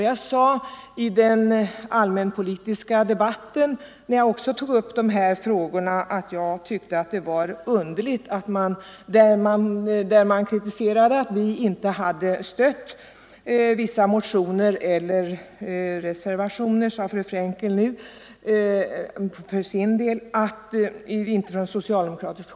Jag sade i den allmänpolitiska debatten, där jag också tog upp de här frågorna, att jag tyckte det var underligt att man kritiserade oss för att vi från socialdemokratiskt håll inte hade stött vissa motioner eller reservationer; fru Frenkel tog nyss upp det resonemanget.